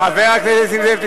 חבר הכנסת נסים זאב,